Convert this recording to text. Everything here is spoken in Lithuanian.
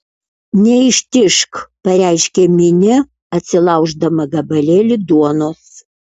neištižk pareiškė minė atsilauždama gabalėlį duonos